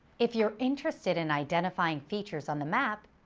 if you're interested in identifying features on the map,